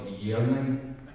yearning